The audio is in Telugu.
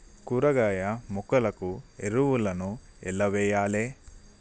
కూరగాయ మొక్కలకు ఎరువులను ఎలా వెయ్యాలే?